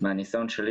מהניסיון שלי,